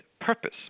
purpose